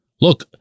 Look